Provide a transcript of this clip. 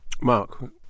Mark